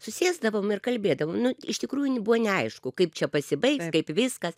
susėsdavom ir kalbėdavom nu iš tikrųjų buvo neaišku kaip čia pasibaigs kaip viskas